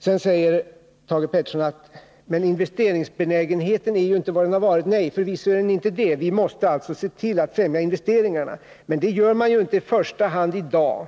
Sedan säger Thage Peterson: Men investeringsbenägenheten är ju inte vad den har varit. Nej, förvisso är den inte det. Vi måste alltså se till att främja investeringarna. Men det gör man ju i dag inte i första hand genom